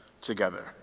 together